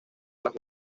botas